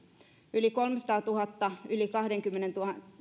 yli kolmesataatuhatta yli kahdenkymmenen